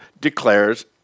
declares